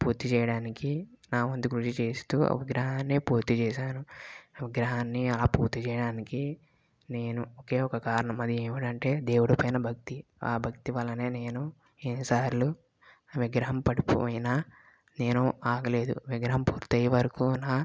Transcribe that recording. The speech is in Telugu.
పూర్తి చేయడానికి నా వంతు కృషిచేస్తూ విగ్రహాన్ని పూర్తి చేశాను విగ్రహాన్ని ఆ పూర్తి చేయడానికి నేను ఒకే ఒక కారణం ఉంది అది ఏమిటంటే దేవుడు పైన భక్తి ఆ భక్తి వలనే నేను ఎన్నిసార్లు విగ్రహం పడిపోయినా నేను ఆగలేదు విగ్రహం పూర్తి అయ్యే వరకు నా